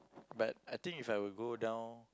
but I think if I were go down